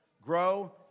grow